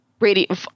radio